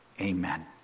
Amen